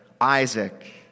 Isaac